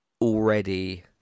already